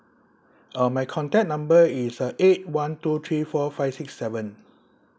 uh my contact number is uh eight one two three four five six seven